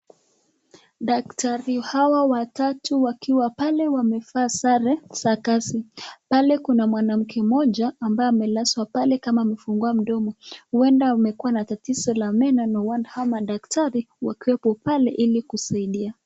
Daktari hawa watatu wakiwa pale wamevaa sare za kazi. Pale kuna mwanamke mmoja ambaye amelazwa pale kama amefungua mdomo uenda amekuwa na tatizo la meno na hao madaktari wako pale ili kusaidia.